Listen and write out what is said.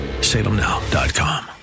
Salemnow.com